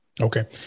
okay